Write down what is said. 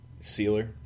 Sealer